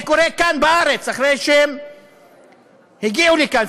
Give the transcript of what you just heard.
זה קורה כאן, בארץ, אחרי שהם הגיעו לכאן.